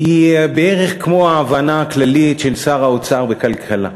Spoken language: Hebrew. היא בערך כמו ההבנה הכללית של שר האוצר בכלכלה,